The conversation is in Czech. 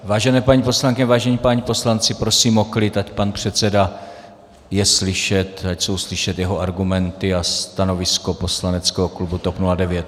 Vážené paní poslankyně, vážení páni poslanci, prosím o klid, ať pan předseda je slyšet, ať jsou slyšet jeho argumenty a stanovisko poslaneckého klubu TOP 09.